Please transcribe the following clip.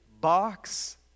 box